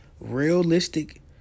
realistic